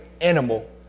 animal